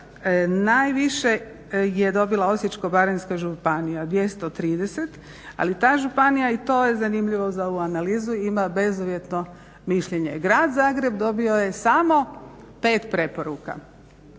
Najviše je dobila Osječko-baranjska županija, 230, ali ta županija i to je zanimljivo za ovu analizu ima bezuvjetno mišljenje. Grad Zagreb dobio je samo 5 preporuka